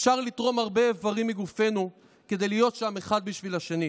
אפשר לתרום הרבה איברים מגופנו כדי להיות שם אחד בשביל השני: